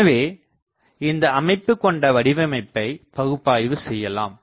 எனவே இந்த அமைப்பு கொண்ட வடிவமைப்பை பகுப்பாய்வு செய்யலாம